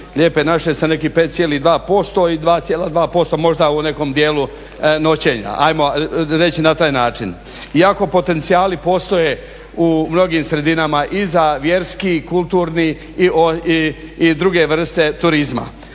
lijepe naše sa nekih 5,2% i 2,2% možda u nekom dijelu noćenja ajmo reći na taj način. Iako potencijali postoje u mnogim sredinama i za vjerski, kulturni i druge vrste turizma.